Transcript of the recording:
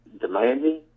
demanding